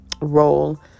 role